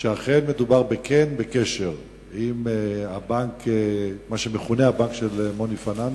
שאכן מדובר בקשר עם מה שמכונה "הבנק של מוני פנאן",